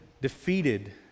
defeated